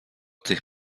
tych